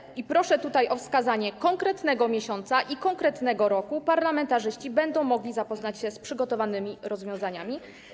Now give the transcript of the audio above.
Kiedy więc - i proszę tutaj o wskazanie konkretnego miesiąca i konkretnego roku - parlamentarzyści będą mogli zapoznać się z przygotowanymi rozwiązaniami?